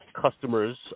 Customers